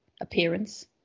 appearance